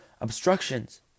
obstructions